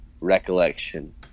recollection